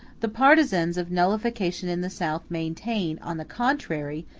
the partisans of nullification in the south maintain, on the contrary,